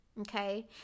okay